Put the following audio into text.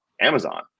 Amazon